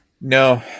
No